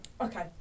okay